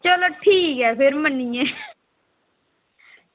चलो ठीक ऐ फिर मन्नी गे